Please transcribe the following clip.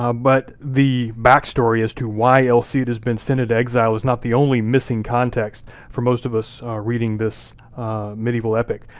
um but the backstory as to why el cid has been sent into exile is not the only missing context for most of us reading this medieval epic.